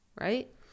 right